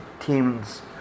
teams